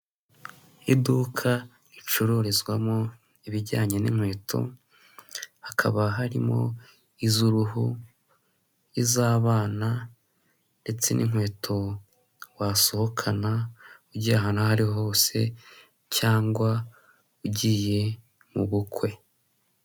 Iduka ricururizwamo ibijyanye n'inkweto, hakaba harimo iz'uruhu, iz'abana ndetse n'inkweto wasohokana, ugiye ahantu aho ari ho hose cyangwa ugiye mu bukwe.